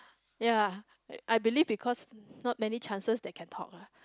ya I believe because not many chances they can talk lah